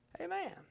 Amen